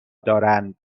دارند